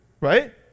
right